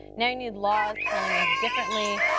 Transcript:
now, you need laws telling us differently?